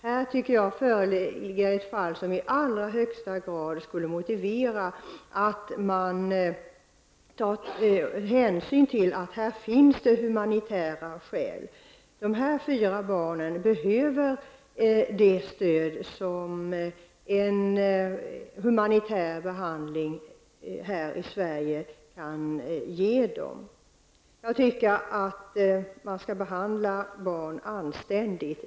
Här tycker jag att det föreligger ett fall som i allra högsta grad motiverar att man tar hänsyn till humanitära skäl. Dessa fyra barn behöver det stöd som en humanitär behandling i Sverige skulle ge dem. Jag tycker att man skall behandla barn anständigt.